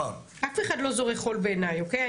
אף אחד לא זורה חול בעיניי, אוקיי?